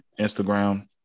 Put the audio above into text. instagram